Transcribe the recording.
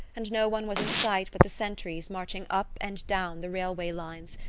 and no one was in sight but the sentries marching up and down the railway lines,